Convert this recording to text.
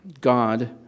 God